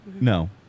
No